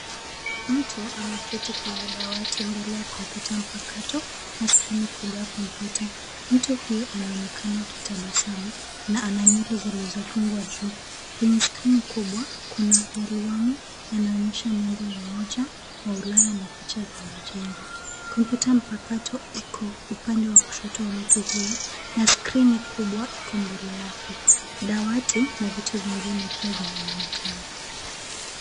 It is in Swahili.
Mtu ameketi kwenye dawati mbele ya kompyuta mpakato na skrini kubwa ya kompyuta. Mtu huyo anaonekana akitabasamu na ana nywele zilizofungwa juu. Kwenye skrini kubwa kuna yaliyomo yanayoonyesha nembo ya Umoja wa Ulaya na picha za majengo. Kompyuta mpakato iko upande wa kushoto wa mtu huyo na skrini kubwa iko mbele yake. Dawati na vitu vingine pia vinaonekana.